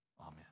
Amen